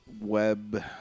web